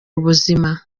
ubuzima